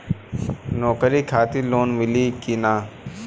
नौकरी खातिर लोन मिली की ना?